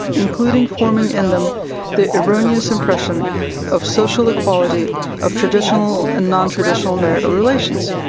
including forming in them the erroneous impression of social equality of traditional and non-traditional marital relations.